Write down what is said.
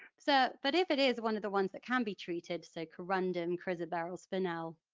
so but if it is one of the ones that can be treated so corundum, chrysoberyl, spinel,